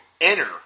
enter